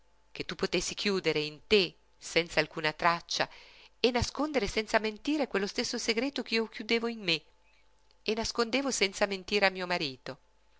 che tu potessi chiudere in te senz'alcuna traccia e nascondere senza mentire quello stesso segreto ch'io chiudevo in me e nascondevo senza mentire a mio marito